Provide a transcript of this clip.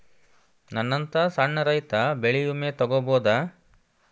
ನನ್ನಂತಾ ಸಣ್ಣ ರೈತ ಬೆಳಿ ವಿಮೆ ತೊಗೊಬೋದ?